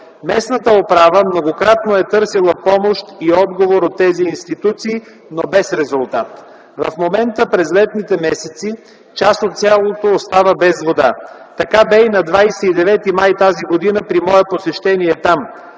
Местната управа многократно е търсила помощ и отговор от тези институции, но без резултат. През летните месеци част от селото остава без вода. Така бе и на 29 май тази година при мое посещение там.